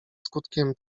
skutkiem